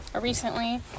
recently